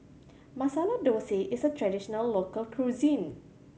Masala Dosa is a traditional local cuisine